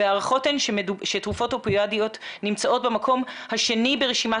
וההערכות הן שתרופות אופיאטיות נמצאות במקום השני ברשימת